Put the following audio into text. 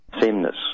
sameness